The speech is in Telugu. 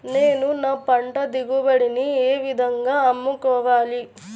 నేను నా పంట దిగుబడిని ఏ విధంగా అమ్ముకోవాలి?